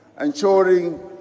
ensuring